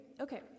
Okay